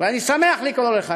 ואני שמח לקרוא לך.